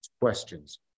questions